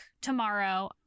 tomorrow